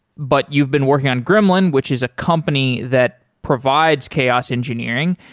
but you've been working on gremlin, which is a company that provides chaos engineering.